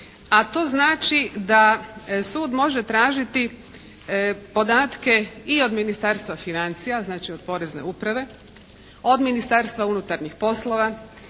A to znači da sud može tražiti podatke i od Ministarstva financija znači od porezne uprave, od Ministarstva unutarnjih poslova,